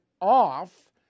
off